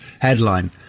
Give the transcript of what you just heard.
headline